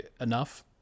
enough